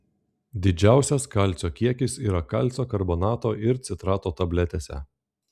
didžiausias kalcio kiekis yra kalcio karbonato ir citrato tabletėse